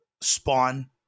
spawn